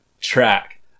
track